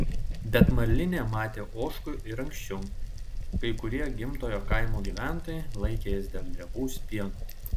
bet marlinė matė ožkų ir anksčiau kai kurie gimtojo kaimo gyventojai laikė jas dėl riebaus pieno